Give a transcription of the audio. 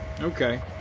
Okay